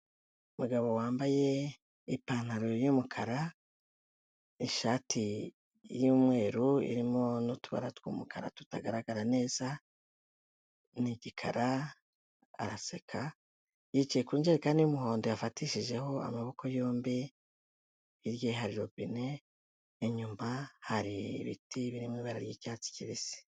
Umugabo wambaye ipantaro yumukara, ishati yumweru irimo n'utubara tw'umukara tutagaragara neza, ni igikara araseka. Yicaye ku ijerekani y'umuhondo yafatishijeho amaboko yombi, hirya yaho hari ropine, inyuma hari ibiti birimo ibara ry'icyatsi kibisi.